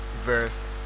verse